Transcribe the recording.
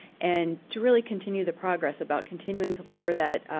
and to really continue the progress about continuing to lower that